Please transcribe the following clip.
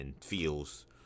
feels